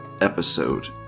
episode